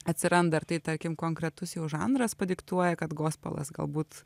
atsiranda ir tai tarkim konkretus jau žanras padiktuoja kad gospelas galbūt